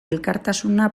elkartasuna